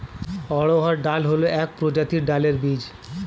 অড়হর ডাল হল এক প্রজাতির ডালের বীজ